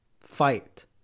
fight